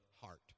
heart